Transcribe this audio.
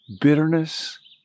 bitterness